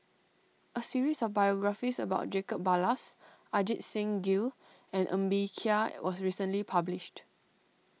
a series of biographies about Jacob Ballas Ajit Singh Gill and Ng Bee Kia was recently published